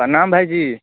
प्रणाम भाइजी